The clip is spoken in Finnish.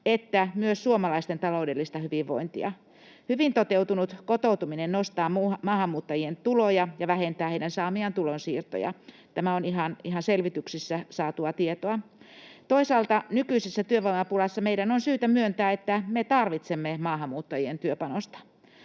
että myös suomalaisten taloudellista hyvinvointia. Hyvin toteutunut kotoutuminen nostaa maahanmuuttajien tuloja ja vähentää heidän saamiaan tulonsiirtoja. Tämä on ihan selvityksissä saatua tietoa. Toisaalta nykyisessä työvoimapulassa meidän on syytä myöntää, että me tarvitsemme maahanmuuttajien työpanosta.